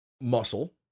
muscle